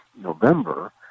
November